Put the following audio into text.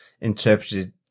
interpreted